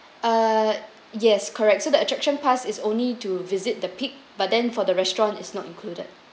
ah yes correct so the attraction pass is only to visit the peak but then for the restaurant is not included